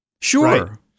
Sure